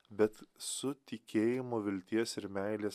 bet su tikėjimo vilties ir meilės